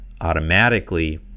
automatically